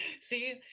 See